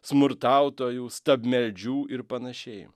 smurtautojų stabmeldžių ir panašiai